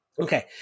Okay